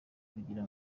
kugira